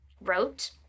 wrote